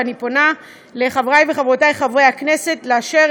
ואני פונה לחברי וחברותי חברי הכנסת לאשר